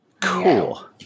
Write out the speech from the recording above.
Cool